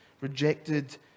rejected